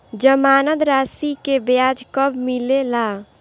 जमानद राशी के ब्याज कब मिले ला?